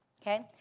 okay